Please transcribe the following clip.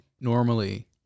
normally